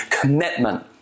commitment